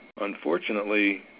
unfortunately